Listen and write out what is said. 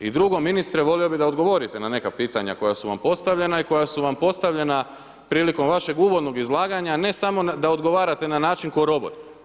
I drugo, ministre, volio bih da odgovorite na neka pitanja koja su vam postavljena i koja su vam postavljena prilikom vašeg uvodnog izlaganja, ne samo da odgovarate na način ko robot.